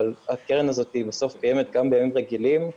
אבל הקרן הזאת קיימת גם בימים רגילים,